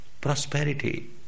prosperity